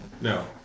No